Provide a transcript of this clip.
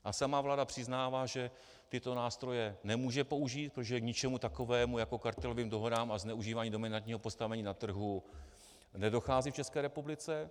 A sama vláda přiznává, že tyto nástroje nemůže použít, protože k ničemu takovému jako kartelovým dohodám a zneužívání dominantního postavení na trhu nedochází v České republice.